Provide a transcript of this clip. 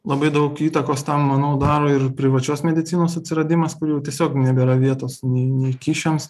labai daug įtakos tam manau daro ir privačios medicinos atsiradimas kur jau tiesiog nebėra vietos nei nei kyšiams